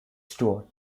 stuart